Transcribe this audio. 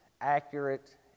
accurate